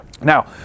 now